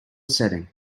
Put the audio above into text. setting